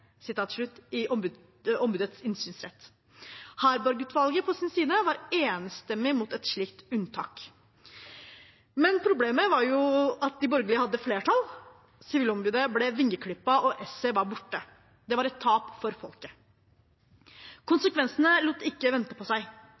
i ombudets innsynsrett. Harberg-utvalget var på sin side enstemmig mot et slikt unntak, men problemet var jo at de borgerlige hadde flertall. Sivilombudet ble vingeklippet, og esset var borte. Det var et tap for folket. Konsekvensene lot ikke vente på seg.